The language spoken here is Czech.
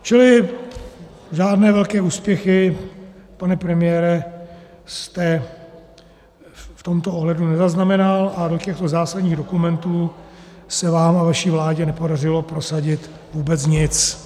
Čili žádné velké úspěchy, pane premiére, jste v tomto ohledu nezaznamenal a do těchto zásadních dokumentů se vám a vaší vládě nepodařilo prosadit vůbec nic.